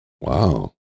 wow